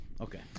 Okay